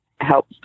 help